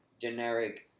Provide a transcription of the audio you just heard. generic